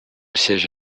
siège